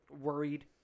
worried